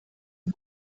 und